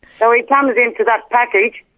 so he comes into that package.